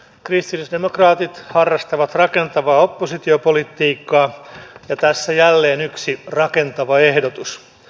kristillisdemokraatit harrastavat rakentavaa oppositiopolitiikkaa ja tässä jälleen yksi rakentava ehdotus